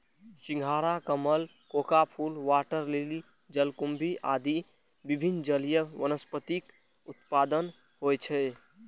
सिंघाड़ा, कमल, कोका फूल, वाटर लिली, जलकुंभी आदि विभिन्न जलीय वनस्पतिक उत्पादन होइ छै